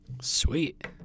Sweet